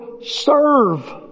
serve